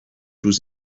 روز